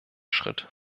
schritt